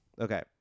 Okay